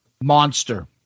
Monster